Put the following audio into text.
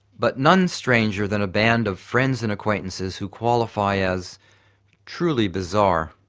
but none stranger than a band of friends and acquaintances who qualify as truly bizarre.